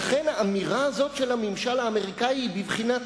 לכן האמירה הזאת של הממשל האמריקני היא בבחינת